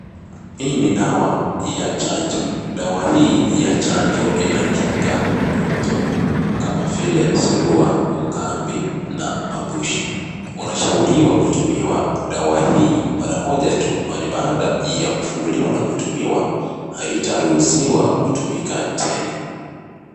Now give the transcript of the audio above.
Hii ni dawa ya chanjo, dawa hii ya chanjo inakinga magonjwa kama vili surua, ukambi na mapushi, unashauriwa kutumia dawa hii mara moja tu, kwani baada ya kufunguliwa na kutumiwa hautaruhusiwa kutumika tena.